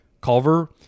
Culver